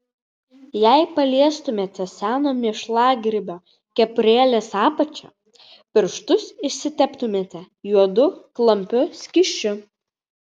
jei paliestumėte seno mėšlagrybio kepurėlės apačią pirštus išsiteptumėte juodu klampiu skysčiu